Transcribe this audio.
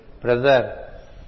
brother